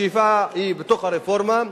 השאיפה היא, בתוך הרפורמה.